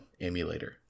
emulator